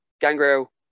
Gangrel